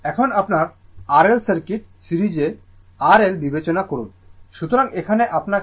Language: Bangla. এখন আপনার R L সার্কিট সিরিজের R L বিবেচনা করুন